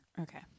Okay